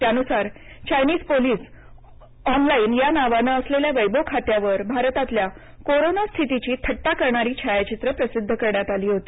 त्यानुसारचायनीज police online या नावानं असलेल्या वैबो खात्यावर भारतातल्या कोरोना स्थितीची थट्टा करणारी छायाचित्र प्रसिद्ध करण्यात आली होती